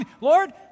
Lord